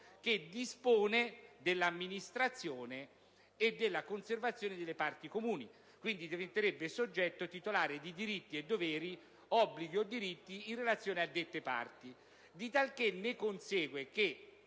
che dispone dell'amministrazione e della conservazione delle parti comuni e, quindi, diventerebbe soggetto titolare di diritti e doveri, obblighi o diritti, in relazione a dette parti.